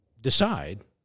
decide